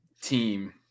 team